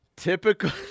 Typical